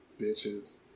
Bitches